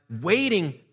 waiting